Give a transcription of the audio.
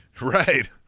Right